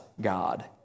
God